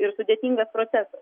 ir sudėtingas procesas